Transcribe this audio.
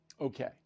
Okay